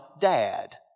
dad